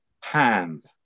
hand